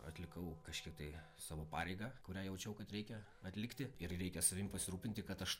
atlikau kažkiek tai savo pareigą kurią jaučiau kad reikia atlikti ir reikia savim pasirūpinti kad aš